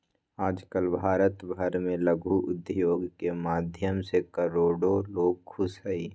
आजकल भारत भर में लघु उद्योग के माध्यम से करोडो लोग खुश हई